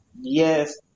yes